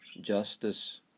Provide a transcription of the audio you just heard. justice